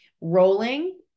Rolling